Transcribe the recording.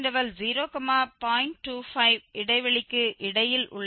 25 இடைவெளிக்கு இடையில் உள்ளது 00